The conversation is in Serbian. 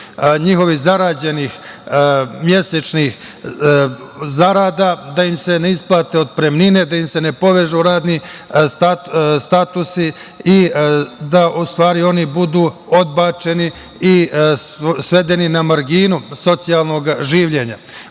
njihovih zarađenih mesečnih zarada, da im se ne isplate otpremnine, da im se ne povežu radni statusi i da u stvari oni budu odbačeni i svedeni na marginu socijalnog življenja. Možda